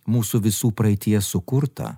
mūsų visų praeityje sukurtą